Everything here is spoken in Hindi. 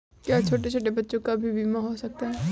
क्या छोटे छोटे बच्चों का भी बीमा हो सकता है?